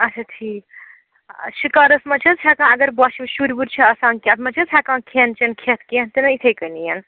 اَچھا ٹھیٖک شِکارَس منٛز چھا حظ ہٮ۪کان اگر بۄچھِ وۅچھِ شُرۍ وُرۍ چھِ آسان کیٚنٛہہ اتھ منٛز چھا حظ ہٮ۪کان کھٮ۪ن چٮ۪ن کھٮ۪تھ کیٚنٛہہ کِنہٕ اِتھَے کٔنۍ